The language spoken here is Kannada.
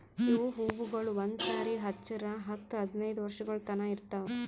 ಇವು ಹೂವುಗೊಳ್ ಒಂದು ಸಾರಿ ಹಚ್ಚುರ್ ಹತ್ತು ಹದಿನೈದು ವರ್ಷಗೊಳ್ ತನಾ ಇರ್ತಾವ್